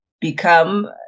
become